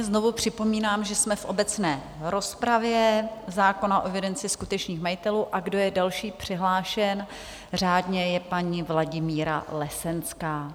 Znovu připomínám, že jsme v obecné rozpravě zákona o evidenci skutečných majitelů, a kdo je další přihlášen řádně, je paní Vladimíra Lesenská.